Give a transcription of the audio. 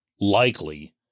likely